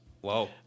Whoa